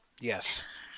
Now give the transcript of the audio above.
Yes